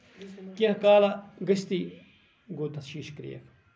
کیٚنٛہہ کالہ گژھتھٕے گوٚو تَتھ شیٖشہٕ کریک